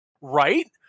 right